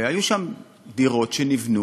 והיו שם דירות שנבנו,